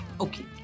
Okay